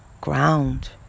ground